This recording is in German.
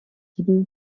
dieben